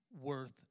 worth